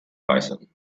person